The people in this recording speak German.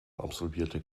absolvierte